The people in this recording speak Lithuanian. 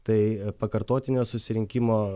tai pakartotinio susirinkimo